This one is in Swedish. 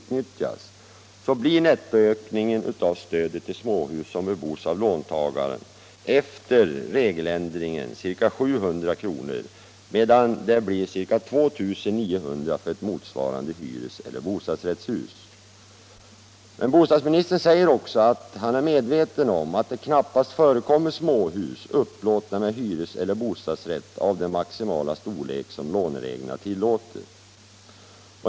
utnyttjas blir nettoökningen av stödet till småhus som bebos av låntagaren efter regeländringen ca 700 kr., medan det blir ca 2 900 kr. för ett motsvarande hyreseller bostadsrättshus. Men bostadsministern säger också att han är medveten om att det knappast förekommer småhus upplåtna med hyreseller bostadsrätt av den maximala storlek som lånereglerna tillåter.